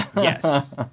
Yes